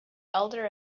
elder